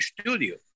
Studio